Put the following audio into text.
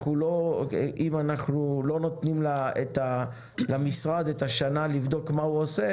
אם אנחנו לא נותנים למשרד שנה לבדוק מה הוא עושה